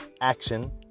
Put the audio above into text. action